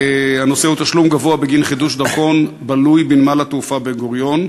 הנושא הוא תשלום גבוה בגין חידוש דרכון בלוי בנמל-התעופה בן-גוריון.